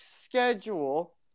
schedule